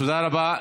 תודה רבה.